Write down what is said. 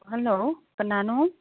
hello ꯀꯅꯥꯅꯣ